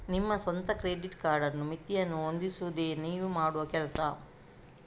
ನಿಮ್ಮ ಸ್ವಂತ credit card ಮಿತಿಯನ್ನ ಹೊಂದಿಸುದು ನೀವೇ ಮಾಡುವ ಕೆಲಸ